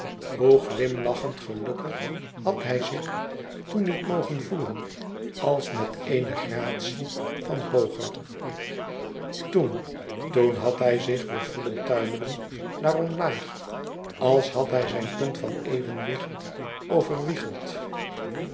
hoe glimlachend gelukkig had hij zich toen niet mogen voelen als met eene gratie van hooger toen toen had hij zich weêr voelen tuimelen naar omlaag als had hij zijn punt van evenwicht overwiegeld